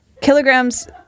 Kilograms